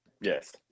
Yes